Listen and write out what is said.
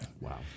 Wow